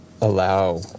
allow